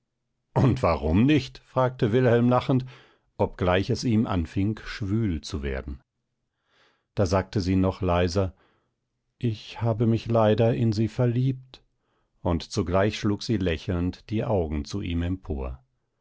und warum nicht fragte wilhelm lachend obgleich es ihm anfing schwül zu werden da sagte sie noch leiser ich habe mich leider in sie verliebt und zugleich schlug sie lächelnd die augen zu ihm empor